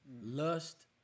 lust